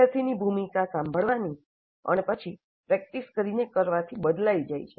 વિદ્યાર્થીની ભૂમિકા સાંભળવાની અને પછી પ્રેક્ટિસ કરીને કરવાથી બદલાઈ જાય છે